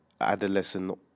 adolescent